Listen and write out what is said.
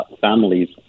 families